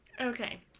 Okay